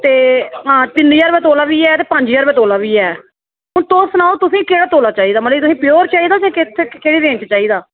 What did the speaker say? ते हां तिन्न ज्हार रपेआ तोला बी ऐ ते पंज ज्हार रपेआ तोला बी ऐ हून तुस सनाओ तुसें गी केह्ड़ा तोला चाहिदा मतलब तुसें गी प्योर चाहिदा केह्ड़ी रेंज च चाहिदा